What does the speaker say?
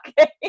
okay